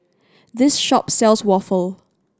this shop sells waffle